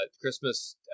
Christmas